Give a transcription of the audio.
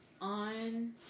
On